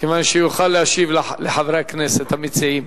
כדי שיוכל להשיב לחברי הכנסת המציעים.